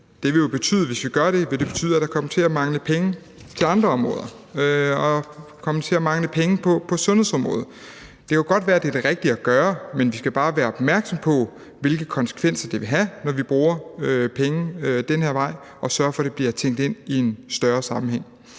bliver i fremtiden – at hvis vi gør det, vil det betyde, at der kommer til at mangle penge til andre områder og kommer til at mangle penge på sundhedsområdet. Det kan jo godt være, at det er det rigtige at gøre, men vi skal bare være opmærksomme på, hvilke konsekvenser det vil have, når vi bruger penge ad den her vej, og sørge for, at det bliver tænkt ind i en større sammenhæng.